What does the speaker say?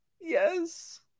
Yes